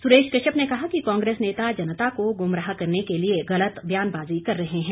सुरेश कश्यप ने कहा कि कांग्रेस नेता जनता को गुमराह करने के लिए गलत बयानबाजी कर रहे हैं